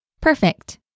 Perfect